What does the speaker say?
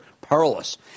Perilous